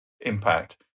impact